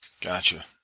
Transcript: Gotcha